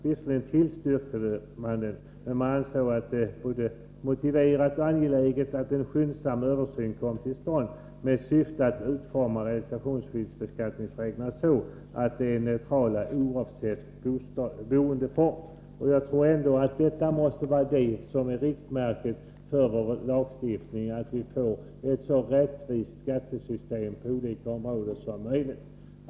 Utskottet tillstyrkte visserligen förslaget, men man ansåg det vara både motiverat och angeläget med en skyndsam översyn i syfte att utforma reavinstbeskattningsreglerna så att de blev neutrala, oavsett boendeform. Jag tror att riktmärket för vår lagstiftning måste vara att vi får ett så rättvist skattesystem på olika områden som möjligt.